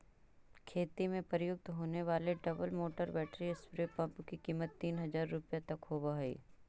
खेती में प्रयुक्त होने वाले double motor battery spray pump की कीमत तीन हज़ार रुपया तक होवअ हई